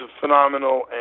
phenomenal